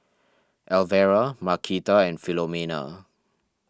Elvera Marquita and Philomena